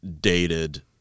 dated